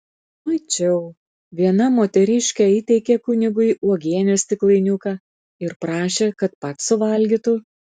mačiau viena moteriškė įteikė kunigui uogienės stiklainiuką ir prašė kad pats suvalgytų